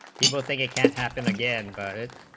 people say they can't happen again but it